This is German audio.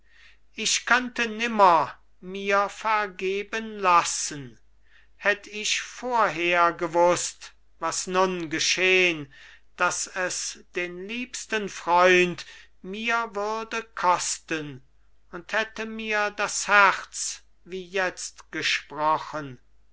ich könnte nimmer mir vergeben lassen hätt ich vorhergewußt was nun geschehn daß es den liebsten freund mir würde kosten und hätte mir das herz wie jetzt gesprochen